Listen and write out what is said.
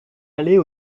aller